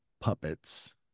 puppets